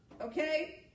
okay